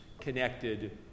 connected